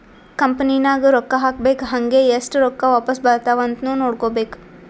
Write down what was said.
company ನಾಗ್ ರೊಕ್ಕಾ ಹಾಕ್ಬೇಕ್ ಹಂಗೇ ಎಸ್ಟ್ ರೊಕ್ಕಾ ವಾಪಾಸ್ ಬರ್ತಾವ್ ಅಂತ್ನು ನೋಡ್ಕೋಬೇಕ್